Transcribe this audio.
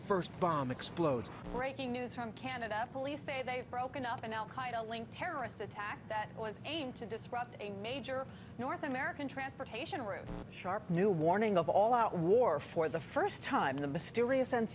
first bomb explodes breaking news from canada police say they've broken up an al qaeda linked terrorist attack that was aimed to disrupt a major north american transportation room sharp new warning of all out war for the first time the mysterious and